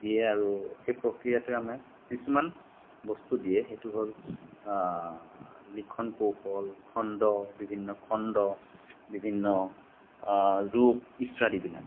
দিয়ে আৰু সেই প্ৰক্ৰিয়াটোৱে আমাক কিছুমান বস্তু দিয়ে সেইটো হ'ল লিখন কৌশল খণ্ড বিভিন্ন খণ্ড বিভিন্ন ৰূপ ইত্যাদিবিলাক